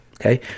Okay